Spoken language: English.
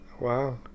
Wow